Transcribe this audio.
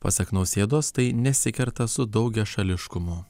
pasak nausėdos tai nesikerta su daugiašališkumu